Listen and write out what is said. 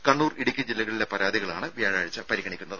കണ്ണൂർ ഇടുക്കി ജില്ലകളിലെ പരാതികളാണ് വ്യാഴാഴ്ച പരിഗണിക്കുന്നത്